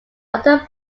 other